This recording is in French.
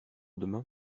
demain